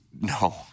No